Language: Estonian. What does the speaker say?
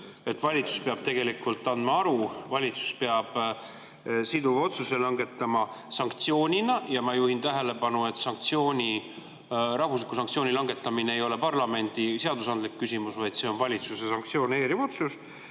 Valitsus peab tegelikult andma aru, valitsus peab langetama siduva otsuse sanktsioonina. Ja ma juhin tähelepanu, et rahvusliku sanktsiooni langetamine ei ole parlamendi seadusandlik küsimus, vaid see on valitsuse sanktsioneeriv otsus